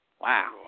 Wow